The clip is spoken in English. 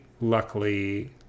luckily